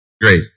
Great